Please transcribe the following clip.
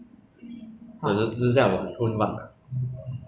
err if you had three wishes right ah what would you wish for